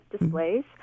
displays